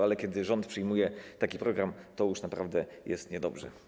Ale kiedy rząd przyjmuje taki program, to już naprawdę jest niedobrze.